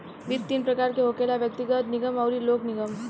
वित्त तीन प्रकार के होखेला व्यग्तिगत, निगम अउरी लोक निगम